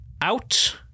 Out